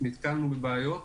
נתקלנו בבעיות,